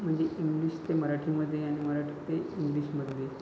म्हणजे इंग्लिश ते मराठीमध्ये आणि मराठी ते इंग्लिशमध्ये